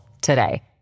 today